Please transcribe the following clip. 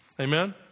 Amen